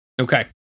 Okay